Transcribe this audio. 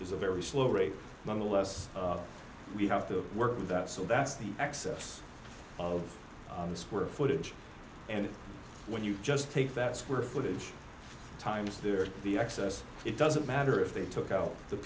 is a very slow rate nonetheless we have to work through that so that's the excess of the square footage and when you just take that square footage time is there the excess it doesn't matter if they took out the